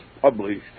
published